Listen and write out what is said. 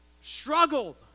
struggled